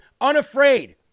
Unafraid